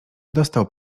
dostał